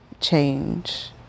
change